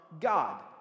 God